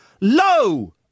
Low